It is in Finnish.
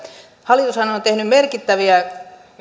hallitushan on on tehnyt merkittäviä